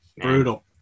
brutal